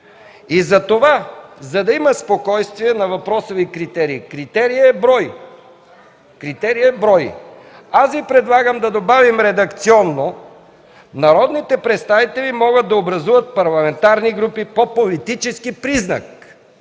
И затова, за да има спокойствие, на въпроса Ви за критериите – критерият е брой. Критерият е брой. Аз Ви предлагам да добавим редакционно: народните представители могат да образуват парламентарни групи по политически признак.